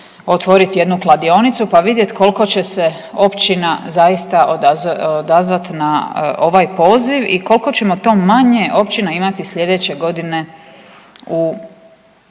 otvoriti jednu kladionicu pa vidjeti koliko će se općina zaista odazvati na ovaj poziv i koliko ćemo to manje općina imati sljedeće godine u